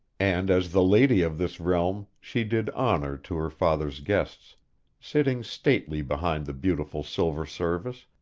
and as the lady of this realm she did honor to her father's guests sitting stately behind the beautiful silver service,